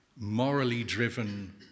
morally-driven